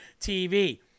TV